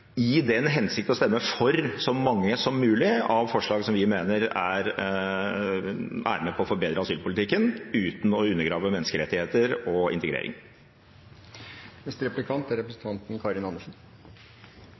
i den hensikt å stemme for så mange som mulig av forslagene vi mener er med på å forbedre asylpolitikken uten å undergrave menneskerettigheter og integrering.